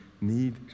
need